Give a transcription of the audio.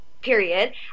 period